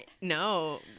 No